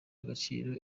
agaciro